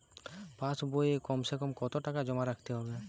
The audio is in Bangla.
পাশ বইয়ে কমসেকম কত টাকা জমা রাখতে হবে?